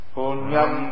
Punyam